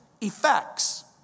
effects